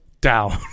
Down